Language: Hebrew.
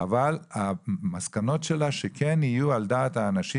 אבל המסקנות שלה, שכן יהיו על דעת האנשים.